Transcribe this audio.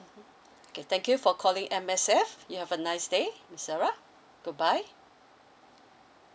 okay thank you for calling M_S_F you have a nice day miss sarah goodbye